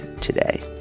today